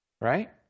right